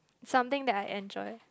something that I enjoy